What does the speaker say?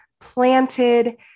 planted